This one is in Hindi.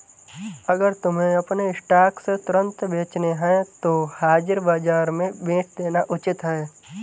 अगर तुम्हें अपने स्टॉक्स तुरंत बेचने हैं तो हाजिर बाजार में बेच देना उचित है